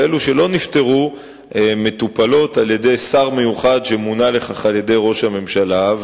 ואלו שלא נפתרו מטופלות על-ידי שר מיוחד שמונה לכך על-ידי ראש הממשלה,